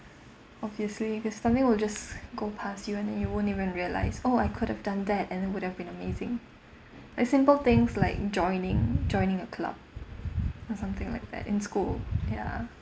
obviously because something will just go past you and then you won't even realise oh I could've done that and it would have been amazing like simple things like joining joining a club or something like that in school ya